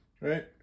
right